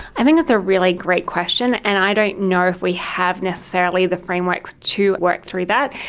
i think it's a really great question, and i don't know if we have necessarily the frameworks to work through that,